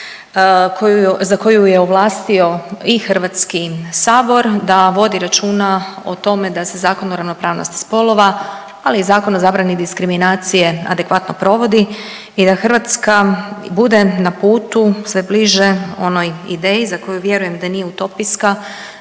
za koju ju je ovlastio i HS da vodi računa o tome da se Zakon o ravnopravnosti spolova, ali i Zakon o zabrani diskriminacije adekvatno provodi i da Hrvatska bude na putu sve bliže onoj ideji za koju vjerujem da nije utopijska,